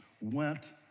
went